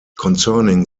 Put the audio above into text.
concerning